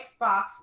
Xbox